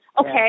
okay